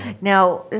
now